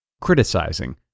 Criticizing